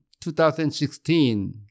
2016